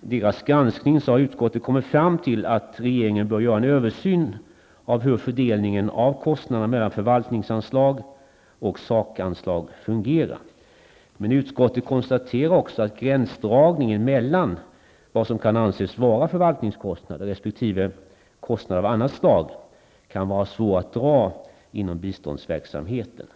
deras granskning har utskottet kommit fram till att regeringen bör göra en översyn av hur fördelningen av kostnader mellan förvaltningsanslag och sakanslag fungerar. Men utskottet konstaterar också att gränsdragningen mellan vad som kan anses vara förvaltningskostnader resp. kostnader av andra slag kan vara svår att dra inom biståndsverksamheten.